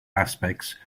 aspects